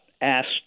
asked